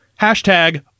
hashtag